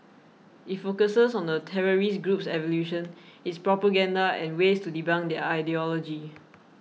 it focuses on the terrorist group's evolution its propaganda and ways to debunk their ideology